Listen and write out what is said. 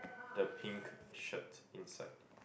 the pink shirt inside